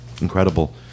incredible